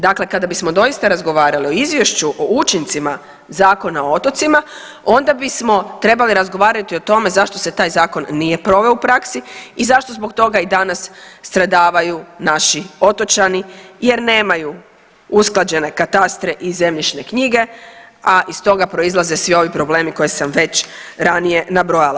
Dakle, kada bismo doista razgovarali o izvješću o učincima Zakona o otocima onda bismo trebali razgovarati o tome zašto se taj zakon nije proveo u praksi i zašto zbog toga i danas stradavaju naši otočani jer nemaju usklađene katastre i zemljišne knjige, a iz toga proizlaze svi ovi problemi koje sam već ranije nabrojala.